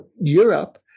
Europe